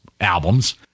albums